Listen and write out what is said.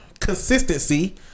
consistency